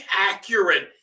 accurate